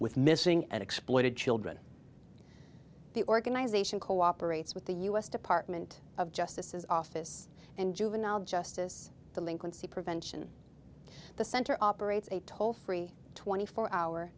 with missing and exploited children the organization cooperates with the u s department of justice his office and juvenile justice delinquency prevention the center operates a toll free twenty four hour